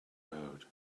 road